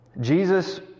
Jesus